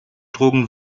drogen